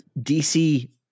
DC